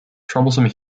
troublesome